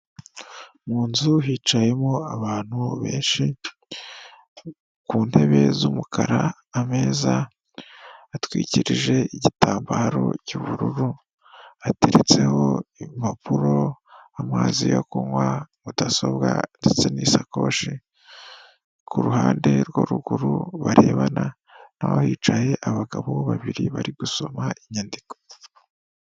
Mu nzu hicayemo abantu benshi ku ntebe z'umukara, ameza atwikirije igitambaro cy'ubururu, hateretseho impapuro, amazi yo kunywa, mudasobwa ndetse n'isakoshi, ku ruhande rwo ruguru barebana na ho hicaye abagabo babiri bari gusoma inyandiko.